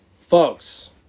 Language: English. folks